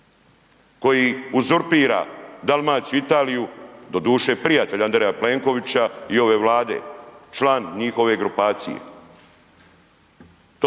koji uzurpira Dalmaciju, Italiju, doduše, prijatelja Andreja Plenkovića i ove Vlade. Član njihove grupacije.